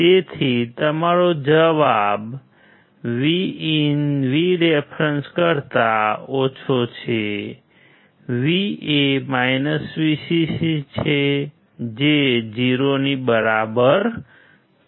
તેથી તમારો જવાબ VIN VREF કરતા ઓછો છે V એ Vcc છે જે 0 ની બરાબર છે